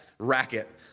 racket